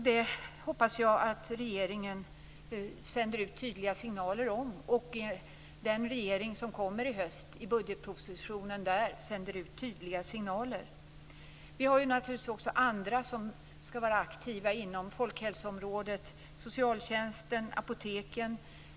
Jag hoppas att regeringen sänder ut tydliga signaler om detta och att den regering som kommer i höst sänder ut tydliga signaler i budgetpropositionen. Vi har också andra som skall vara aktiva inom folkhälsoområdet, t.ex. socialtjänsten och apoteken.